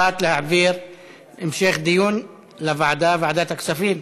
הוחלט להעביר להמשך דיון בוועדת הכספים.